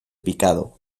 picado